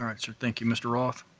right, sir. thank you. mr. roth.